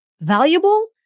valuable